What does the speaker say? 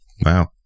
Wow